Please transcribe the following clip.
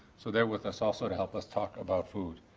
so they're with us also to help us talk about food.